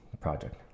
project